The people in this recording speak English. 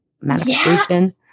manifestation